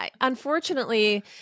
unfortunately